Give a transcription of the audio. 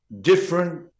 different